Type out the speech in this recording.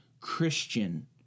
Christian